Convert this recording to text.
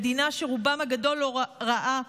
למדינה שרובם הגדול לא ראה,